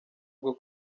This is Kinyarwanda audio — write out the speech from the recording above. bwo